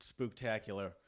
spooktacular